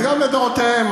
גם לדורותיהם.